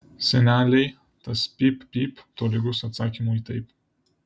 senelei tas pyp pyp tolygus atsakymui taip